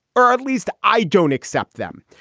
or at least i don't accept them.